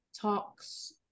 talks